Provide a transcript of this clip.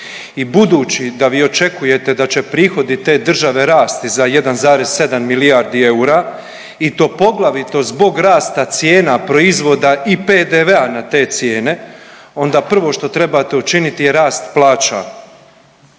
i budući da vi očekujete da će prihodi te države rasti za 1,7 milijardi eura i to poglavito zbog rasta cijena proizvoda i PDV-a na te cijene onda prvo što trebate učiniti je rast plaća.